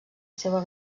seua